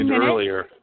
earlier